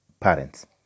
parents